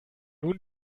nun